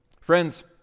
Friends